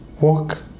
Work